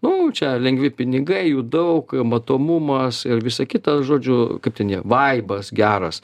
nu čia lengvi pinigai jų daug matomumas ir visa kita žodžiu kaip ten jie vaibas geras